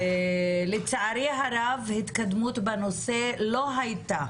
לצערי הרב התקדמות בנושא לא הייתה